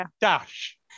Dash